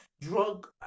drug